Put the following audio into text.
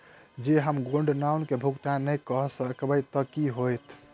जँ हम gold loan केँ भुगतान न करऽ सकबै तऽ की होत?